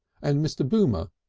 and mr. boomer,